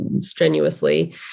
strenuously